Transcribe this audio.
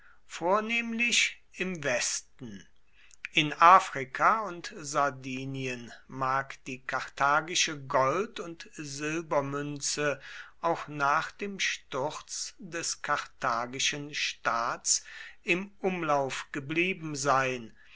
vornehmlich im westen in afrika und sardinien mag die karthagische gold und silbermünze auch nach dem sturz des karthagischen staats im umlauf geblieben sein